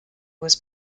was